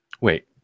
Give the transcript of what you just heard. Wait